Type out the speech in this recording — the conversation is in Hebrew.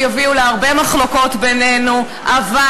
יש נורא רעש באולם.